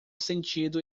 sentido